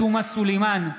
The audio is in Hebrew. סלימאן,